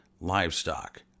livestock